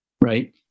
right